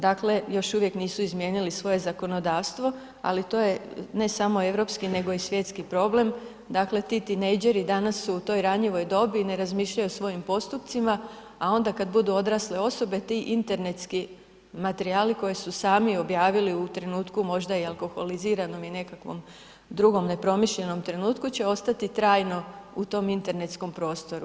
Dakle još uvijek nisu izmijenili svoje zakonodavstvo ali to je ne samo europski nego i svjetski problem, ti tinejdžeri danas u toj ranjivoj dobi, ne razmišljaju o svojim postupcima a onda kada budu odrasle osobe, ti internetski materijali koje su sami objavili u trenutku možda i alkoholiziranom i nekakvog drugom nepromišljenom trenutku će ostati trajno u tom internetskom prostoru.